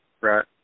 Right